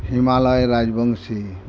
Himalaya Rajbanshi